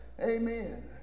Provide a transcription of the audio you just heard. Amen